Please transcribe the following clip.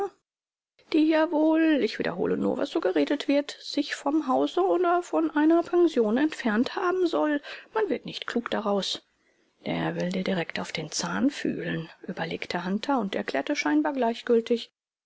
ja wohl ich wiederhole nur was so geredet wird sich vom hause oder von einer pension entfernt haben soll man wird nicht klug daraus der will dir richtig auf den zahn fühlen überlegte hunter und erklärte scheinbar gleichmütig